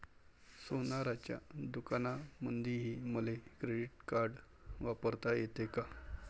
सोनाराच्या दुकानामंधीही मले क्रेडिट कार्ड वापरता येते का?